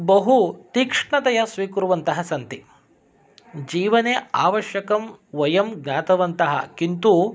बहु तीक्ष्णतया स्वीकुर्वन्तः सन्ति जीवने आवश्यकं वयं ज्ञातवन्तः किन्तु